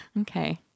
okay